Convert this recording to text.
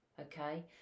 okay